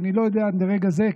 שאני לא יודע עד לרגע זה,